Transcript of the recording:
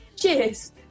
Cheers